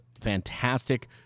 fantastic